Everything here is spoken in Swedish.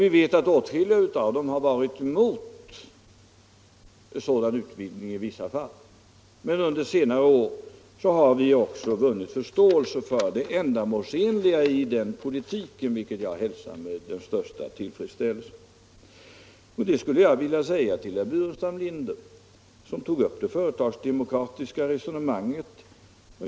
Vi vet att åtskilliga av dem har varit mot en sådan utvidgning i vissa fall, men under senare år har vi också vunnit förståelse för det ändamålsenliga i den politiken, vilket jag hälsar med den största tillfredsställelse. Herr Burenstam Linder tog upp det företagsdemokratiska resonemanget.